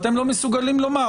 ואתם לא מסוגלים לומר,